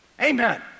Amen